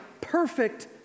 perfect